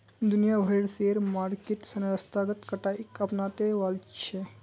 दुनिया भरेर share market संस्थागत इकाईक अपनाते वॉल्छे